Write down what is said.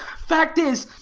fact is,